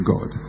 God